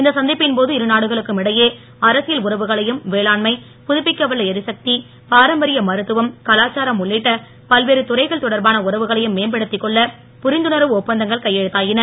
இந்த சந்திப்பின் போது இருநாடுகளுக்கும் இடையே அரசியல் உறவுகளையும் வேளாண்மை புதுப்பிக்க வல்ல எரிசக்தி பாரம்பரிய மருத்துவம் கலாச்சாரம் உள்ளிட்ட பல்வேறு துறைகள் தொடர்பான உறவுகளையும் மேம்படுத்திக் கொன்ள புரிந்துணர்வு ஒப்பந்தங்கள் கையெழுத்தாயின